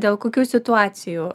dėl kokių situacijų